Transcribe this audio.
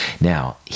Now